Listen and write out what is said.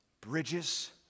bridges